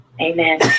Amen